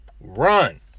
Run